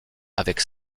avec